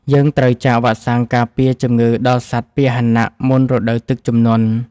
យើងត្រូវចាក់វ៉ាក់សាំងការពារជំងឺដល់សត្វពាហនៈមុនរដូវទឹកជំនន់។